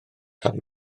harry